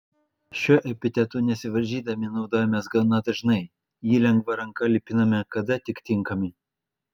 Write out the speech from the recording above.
šiuo epitetu nesivaržydami naudojamės gana dažnai jį lengva ranka lipiname kada tik tinkami